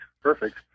Perfect